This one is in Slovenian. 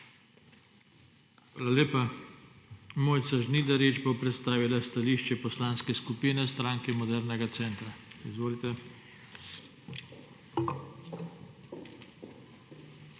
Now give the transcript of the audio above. Hvala lepa. Mojca Žnidarič bo predstavila stališče Poslanske skupine Stranke modernega centra. Izvolite.